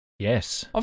Yes